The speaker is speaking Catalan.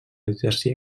exercir